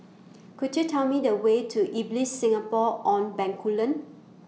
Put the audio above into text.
Could YOU Tell Me The Way to Ibis Singapore on Bencoolen